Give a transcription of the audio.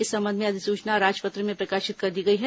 इस संबंध में अधिसूचना राजपत्र में प्रकाशित कर दी गई है